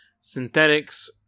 synthetics